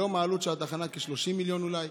היום העלות של התחנה כ-30 מיליון אולי,